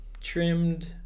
trimmed